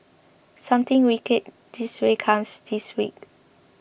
something wicked this way comes this week